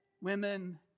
women